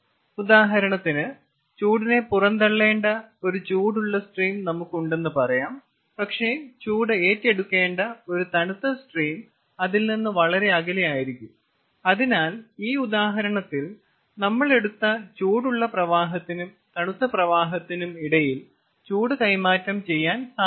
ഉദാഹരണത്തിന് ചൂടിനെ പുറന്തള്ളേണ്ട ഒരു ചൂടുള്ള സ്ട്രീം നമുക്ക് ഉണ്ടെന്ന് പറയാം പക്ഷേ ചൂട് ഏറ്റെടുക്കേണ്ട ഒരു തണുത്ത സ്ട്രീം അതിൽ നിന്ന് വളരെ അകലെയായിരിക്കും അതിനാൽ ഈ ഉദാഹരണത്തിൽ നമ്മൾ എടുത്ത ചൂടുള്ള പ്രവാഹത്തിനും തണുത്ത പ്രവാഹത്തിനും ഇടയിൽ ചൂട് കൈമാറ്റം ചെയ്യാൻ സാധ്യമല്ല